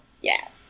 Yes